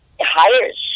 hires